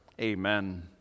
Amen